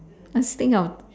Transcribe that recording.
must think of